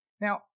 Now